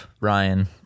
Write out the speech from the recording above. Ryan